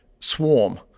swarm